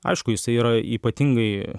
aišku jisai yra ypatingai